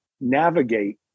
navigate